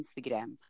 Instagram